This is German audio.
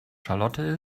charlotte